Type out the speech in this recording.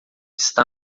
está